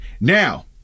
Now